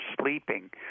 sleeping